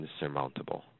insurmountable